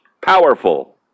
Powerful